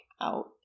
out